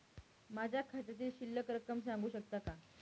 माझ्या खात्यातील शिल्लक रक्कम सांगू शकता का?